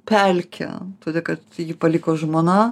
pelkę todėl kad jį paliko žmona